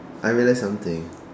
I realize something